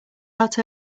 out